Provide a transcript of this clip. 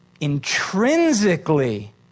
intrinsically